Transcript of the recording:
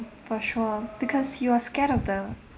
for sure because you are scared of the